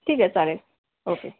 ठीक आहे चालेल ओके